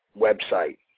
website